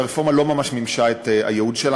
שהרפורמה לא ממש מימשה את הייעוד שלה.